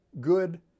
good